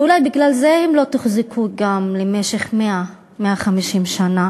אולי בגלל זה הם גם לא תוחזקו במשך 100 150 שנה.